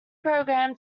program